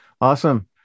awesome